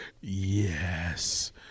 yes